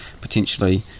potentially